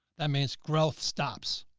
that means growth stops.